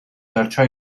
დარჩა